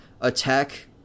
attack